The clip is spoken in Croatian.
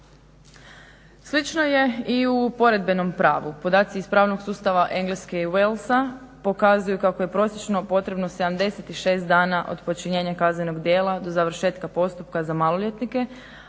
Slično je i u poredbenom pravu. Podaci iz pravnog sustava Engleske i Walesa pokazuju kako je prosječno potrebno 76 dana od počinjenja kaznenog djela do završetka postupka za maloljetnike,